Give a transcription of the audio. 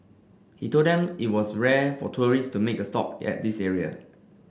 he told them it was rare for tourist to make a stop at this area